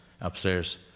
upstairs